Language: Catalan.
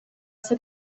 ser